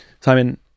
Simon